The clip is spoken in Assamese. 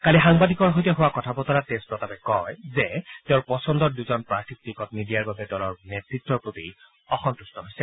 কালি সাংবাদিকৰ সৈতে হোৱা কথা বতৰাত তেজ প্ৰতাপে কয় যে তেওঁৰ পচন্দৰ দুজন প্ৰাৰ্থীক টিকট নিদিয়াৰ বাবে দলৰ নেতত্বৰ প্ৰতি অসম্ভট্ট হৈছে